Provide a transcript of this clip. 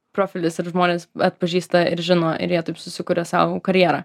profilis ir žmonės atpažįsta ir žino ir jie taip susikuria sau karjerą